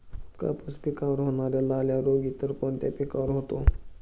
कापूस पिकावर होणारा लाल्या रोग इतर कोणत्या पिकावर होतो?